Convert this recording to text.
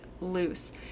loose